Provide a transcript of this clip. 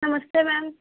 नमस्ते मैम